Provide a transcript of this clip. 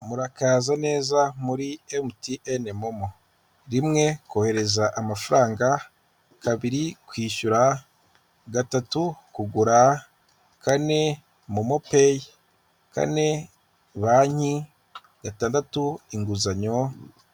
Murakaza neza muri MTN momo, rimwe kohereza amafaranga, kabiri kwishyura, gatatu kugura, kane momo peyi, kane banki, gatandatu inguzanyo.